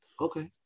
Okay